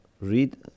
read